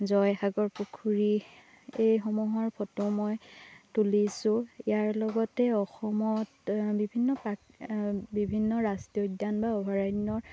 জয়সাগৰ পুখুৰী এইসমূহৰ ফটো মই তুলিছোঁ ইয়াৰ লগতে অসমত বিভিন্ন বিভিন্ন ৰাষ্ট্ৰীয় উদ্যান বা অভয়াৰণ্যৰ